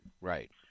Right